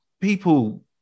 people